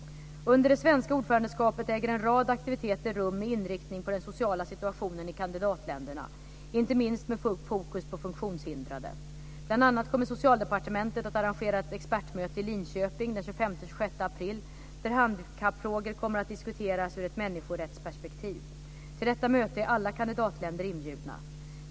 Under det svenska ordförandeskapet äger en rad aktiviteter rum med inriktning på den sociala situationen i kandidatländerna, inte minst med fokus på funktionshindrade. Bl.a. kommer Socialdepartementet att arrangera ett expertmöte i Linköping den 25-26 april där handikappfrågor kommer att diskuteras ur ett människorättsperspektiv. Till detta möte är alla kandidatländer inbjudna.